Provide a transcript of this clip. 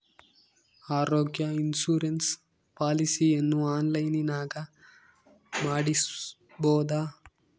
ಆರೋಗ್ಯ ಇನ್ಸುರೆನ್ಸ್ ಪಾಲಿಸಿಯನ್ನು ಆನ್ಲೈನಿನಾಗ ಮಾಡಿಸ್ಬೋದ?